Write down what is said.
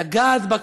לגעת בה,